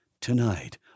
Tonight